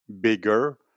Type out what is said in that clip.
bigger